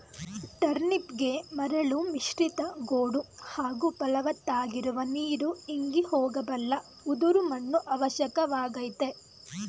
ಟರ್ನಿಪ್ಗೆ ಮರಳು ಮಿಶ್ರಿತ ಗೋಡು ಹಾಗೂ ಫಲವತ್ತಾಗಿರುವ ನೀರು ಇಂಗಿ ಹೋಗಬಲ್ಲ ಉದುರು ಮಣ್ಣು ಅವಶ್ಯಕವಾಗಯ್ತೆ